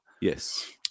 Yes